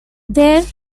there